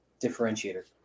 differentiator